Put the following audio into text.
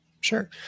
Sure